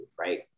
right